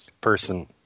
person